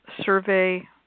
survey